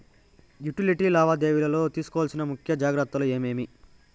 Utility లావాదేవీల లో తీసుకోవాల్సిన ముఖ్య జాగ్రత్తలు ఏమేమి?